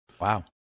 Wow